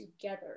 together